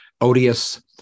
odious